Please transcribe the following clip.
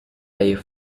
air